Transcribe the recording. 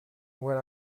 when